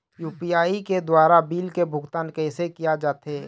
UPI के द्वारा bill के भुगतान कैसे किया जाथे?